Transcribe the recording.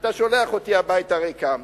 אתה שולח אותי הביתה ריקם?